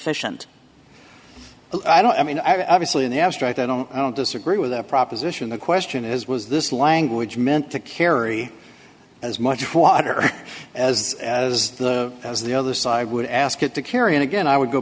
efficient i don't i mean i vaguely in the abstract i don't i don't disagree with the proposition the question is was this language meant to carry as much water as as the as the other side would ask it to carry and again i would go